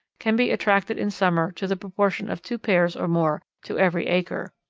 can be attracted in summer to the proportion of two pairs or more to every acre.